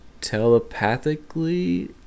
telepathically